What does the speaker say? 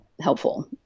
helpful